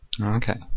Okay